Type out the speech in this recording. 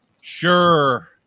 Sure